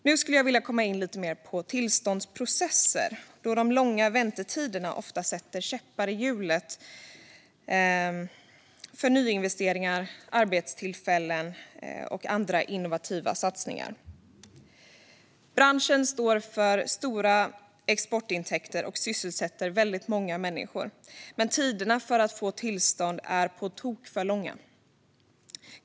Nu skulle jag vilja komma in lite på tillståndsprocesser eftersom de långa väntetiderna ofta sätter käppar i hjulet för nyinvesteringar, arbetstillfällen och innovativa satsningar. Branschen står för stora exportintäkter och sysselsätter många människor, men tiderna för att få ett tillstånd är på tok för långa.